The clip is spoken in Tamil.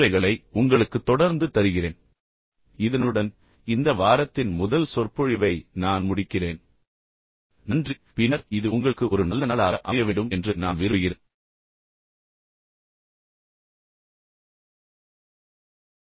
எனவே இதன் முடிவில் இதை மனதில் கொள்ளுங்கள் தப்பெண்ணம் இல்லாமல் கேளுங்கள் உங்கள் மனதைத் திறந்து வைக்க முயற்சிக்கவும்